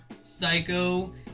psycho—